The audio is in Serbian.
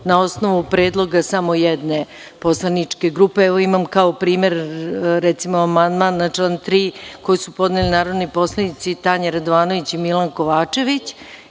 na osnovu predloga samo jedne poslaničke grupe. Imam kao primer amandman na član 3. koji su podneli narodni poslanici Tanja Radovanović i Milan Kovačević.